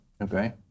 Okay